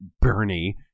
Bernie